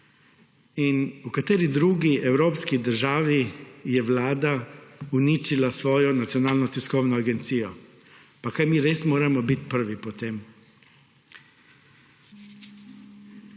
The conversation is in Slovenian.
V kateri drugi evropski državi je Vlada uničila svojo nacionalno tiskovno agencijo. Pa kaj mi res moramo biti prvi po tem?